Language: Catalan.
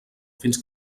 fins